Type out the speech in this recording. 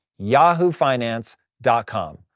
yahoofinance.com